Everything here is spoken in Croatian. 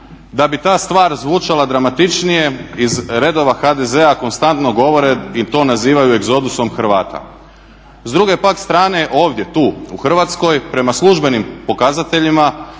Da bi ta stvar zvučala dramatičnije iz redova HDZ-a konstantno govore i to nazivaju egzodusom Hrvata. S druge pak strane ovdje, tu u Hrvatskoj prema službenim pokazateljima